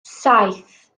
saith